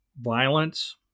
violence